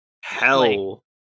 Hell